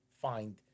find